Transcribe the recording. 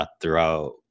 throughout